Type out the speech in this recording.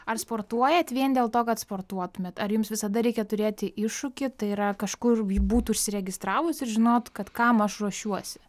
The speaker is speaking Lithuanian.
ar sportuojat vien dėl to kad sportuotumėt ar jums visada reikia turėti iššūkį tai yra kažkur būt užsiregistravus ir žinot kad kam aš ruošiuosi